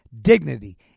dignity